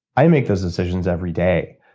i make those decisions every day.